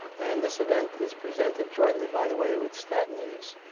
and this event is presented jointly, by the way, with stat news,